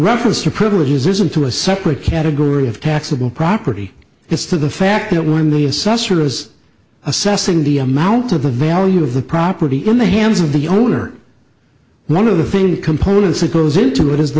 reference to privileges isn't to a separate category of taxable property is to the fact that when the assessor is assessing the amount of the value of the property in the hands of the owner one of the things components that goes into it is the